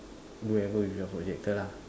do whatever with your projector lah